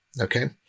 Okay